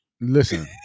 Listen